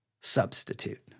substitute